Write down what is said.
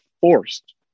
forced